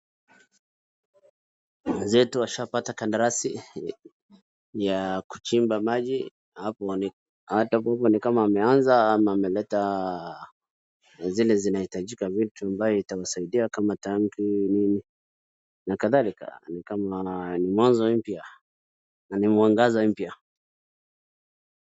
Mwenzetu ashapata kandarasi ya kuchimba maji, hata kama ni kama ameanza ama ameleta zile zinahitajika, vitu ambaye itasaidia kama tangi nini na kadhalika. Ni kama ni mwanzo mpya na ni mwangaza mpya.